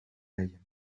aille